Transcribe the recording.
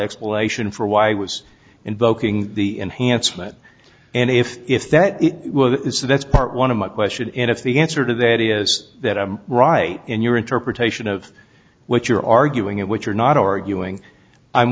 explanation for why was invoking the enhancement and if if that is so that's part one of my question and if the answer to that is that i'm right in your interpretation of what you're arguing in which are not arguing i'm